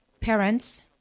parents